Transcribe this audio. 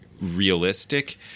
realistic